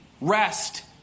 rest